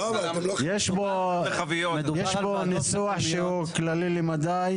יש פה ניסוח שהוא כללי למדי,